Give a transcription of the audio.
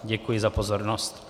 Děkuji za pozornost.